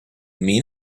mean